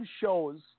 shows